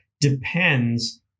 depends